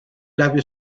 labio